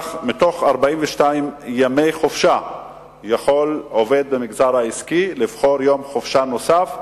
ומתוך 42 ימי בחירה יכול עובד במגזר העסקי לבחור יום חופשה נוסף.